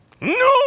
No